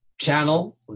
channel